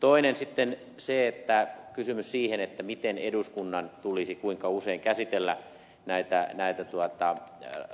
toinen kysymys siihen miten ja kuinka usein eduskunnan tulisi käsitellä näitä